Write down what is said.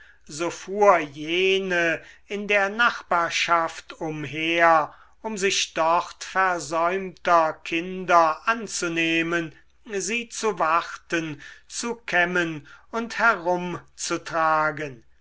so fuhr jene in der nachbarschaft umher um sich dort versäumter kinder anzunehmen sie zu warten zu kämmen und herumzutragen